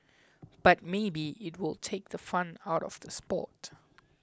but maybe it will take the fun out of the sport